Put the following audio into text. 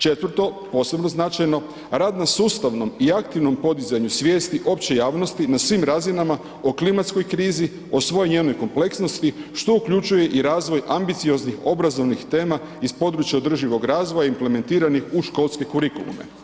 Četvrto, posebno značajno, rad na sustavnom i aktivnom podizanju svijesti opće javnosti na svim razinama o klimatskoj krizi, o svoj njenoj kompleksnosti što uključuje i razvoj ambicioznih, obrazovnih tema iz područja održivog razvoja implementiranih u školske kurikulume.